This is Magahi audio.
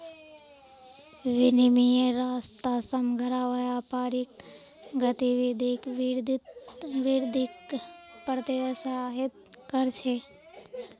विनिमयेर रास्ता समग्र व्यापारिक गतिविधित वृद्धिक प्रोत्साहित कर छे